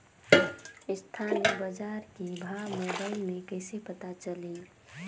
स्थानीय बजार के भाव मोबाइल मे कइसे पता चलही?